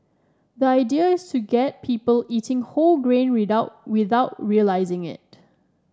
the idea is to get people eating whole grain without without realising it